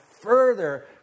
further